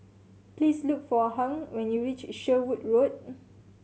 please look for Hung when you reach Sherwood Road